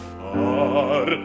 far